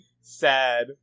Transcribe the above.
sad